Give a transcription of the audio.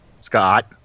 Scott